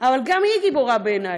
אבל גם היא גיבורה בעיני.